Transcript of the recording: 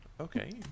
Okay